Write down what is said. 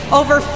over